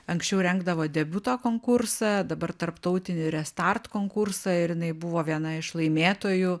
anksčiau rengdavo debiuto konkursą dabar tarptautinį restart konkursą ir jinai buvo viena iš laimėtojų